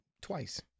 twice